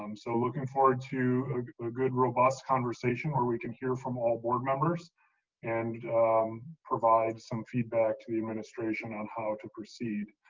um so, looking forward to a good, robust conversation where we can hear from all board members and provide some feedback to the administration on how to proceed.